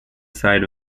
side